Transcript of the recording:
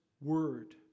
word